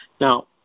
Now